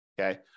Okay